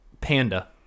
Panda